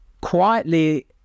quietly